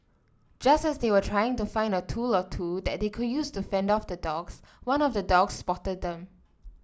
just as they were trying to find a tool or two that they could use to fend off the dogs one of the dogs spotted them